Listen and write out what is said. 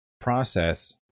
process